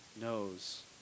knows